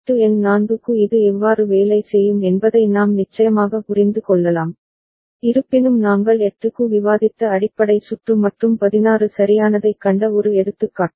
மட்டு எண் 4 க்கு இது எவ்வாறு வேலை செய்யும் என்பதை நாம் நிச்சயமாக புரிந்து கொள்ளலாம் இருப்பினும் நாங்கள் 8 க்கு விவாதித்த அடிப்படை சுற்று மற்றும் 16 சரியானதைக் கண்ட ஒரு எடுத்துக்காட்டு